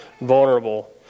vulnerable